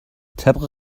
طبق